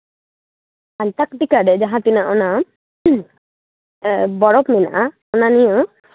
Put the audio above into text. ᱟᱱᱴᱟᱨᱠᱴᱤᱠᱟᱨᱮ ᱡᱟᱦᱟᱸ ᱛᱤᱱᱟᱹᱜ ᱚᱱᱟ ᱵᱚᱨᱚᱯ ᱢᱮᱱᱟᱜᱼᱟ ᱚᱱᱟ ᱱᱚᱭᱟᱹ